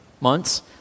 months